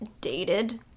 dated